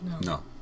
No